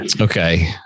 Okay